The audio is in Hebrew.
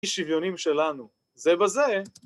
שוויונים שלנו זה בזה